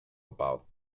about